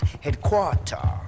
headquarter